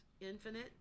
infinite